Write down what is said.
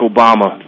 Obama